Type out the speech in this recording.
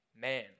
man